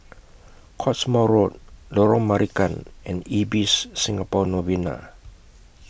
Cottesmore Road Lorong Marican and Ibis Singapore Novena